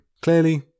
Clearly